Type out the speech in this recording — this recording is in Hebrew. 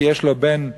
כי יש לו בן,